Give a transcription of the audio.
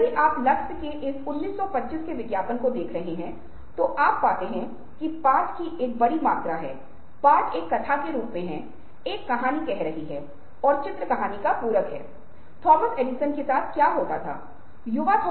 यदि आप उद्योग में स्वास्थ्य सुविधाओं में सुधार करते हैं तो अधिक संभावना है कि लोग अपने कर्तव्य में शामिल होने के लिए उत्सुक हैं